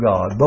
God